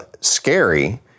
scary